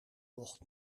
mocht